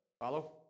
Follow